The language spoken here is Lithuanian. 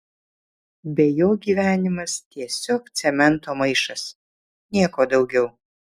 be jo gyvenimas tiesiog cemento maišas nieko daugiau